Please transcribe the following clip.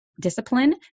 discipline